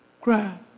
cry